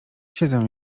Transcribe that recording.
siedzę